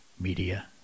Media